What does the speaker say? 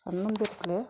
ಸಣ್ಣಂದಿರ್ತಲೆ